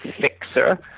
fixer